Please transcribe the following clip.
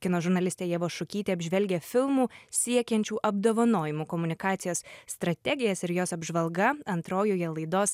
kino žurnalistė ieva šukytė apžvelgia filmų siekiančių apdovanojimų komunikacijos strategijas ir jos apžvalga antrojoje laidos